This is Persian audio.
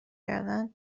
کردن